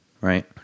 right